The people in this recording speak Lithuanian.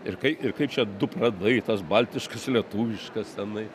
ir kaip ir kaip čia du pradai tas baltiškas lietuviškas tenai